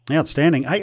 Outstanding